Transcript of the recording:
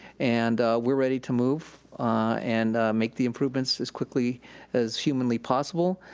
and we're ready to move and make the improvements as quickly as humanly possible.